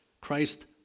Christ